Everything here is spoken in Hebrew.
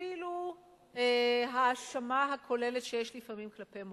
ואפילו ההאשמה הכוללת שיש לפעמים כלפי מורים,